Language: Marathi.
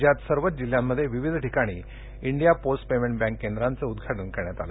राज्यात सर्वच जिल्ह्यांमध्ये विविध ठिकाणी इंडिया पोस्ट पेमेंट बँक केंद्रांचं उद्वाटन करण्यात आलं